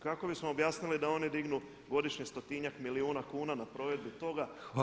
Kako bismo objasnili da oni dignu godišnje 100-njak milijuna kuna na provedbi toga?